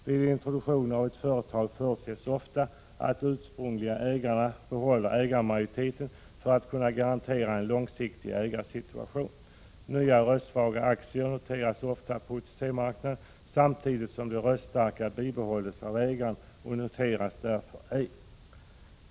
Vid introduktionen av ett företag förutsätts ofta att de ursprungliga ägarna behåller ägarmajoriteten för att garantera en långsiktig ägarsituation. Nya röstsvaga aktier noteras ofta på OTC-marknaden samtidigt som de röststarka bibehålls av ägaren och därför ej noteras.